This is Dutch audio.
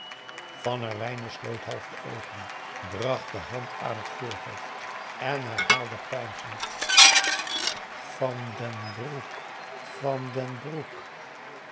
van herwijnen sloot half de oogen bracht de hand aan het voorhoofd en herhaalde peinzend van den broek van den broek